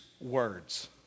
words